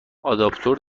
آداپتور